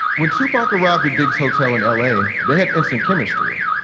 when tupac arrived at biggs hotel in l a, they had instant chemistry.